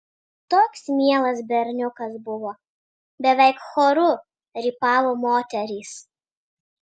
toks mielas berniukas buvo beveik choru rypavo moterys